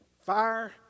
Fire